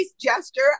gesture